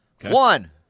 One